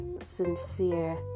sincere